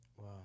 Wow